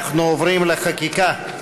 אנחנו עוברים לחקיקה.